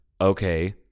Okay